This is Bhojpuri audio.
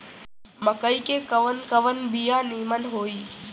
मकई के कवन कवन बिया नीमन होई?